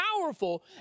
powerful